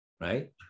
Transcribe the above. right